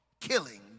killing